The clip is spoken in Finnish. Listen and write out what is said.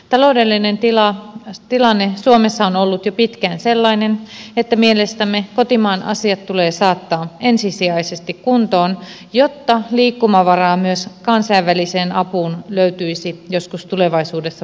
taloudellinen tilanne suomessa on ollut jo pitkään sellainen että mielestämme kotimaan asiat tulee saattaa ensisijaisesti kuntoon jotta liikkumavaraa myös kansainväliseen apuun löytyisi joskus tulevaisuudessa paremmin